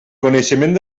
coneixement